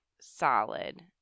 solid